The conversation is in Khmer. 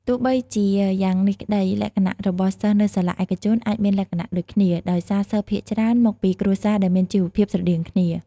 ទោះបីជាយ៉ាងនេះក្តី លក្ខណៈរបស់សិស្សនៅសាលាឯកជនអាចមានលក្ខណៈដូចគ្នា ដោយសារសិស្សភាគច្រើនមកពីគ្រួសារដែលមានជីវភាពស្រដៀងគ្នា។